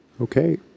Okay